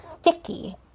sticky